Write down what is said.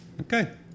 Okay